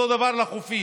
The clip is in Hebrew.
אותו דבר על החופים: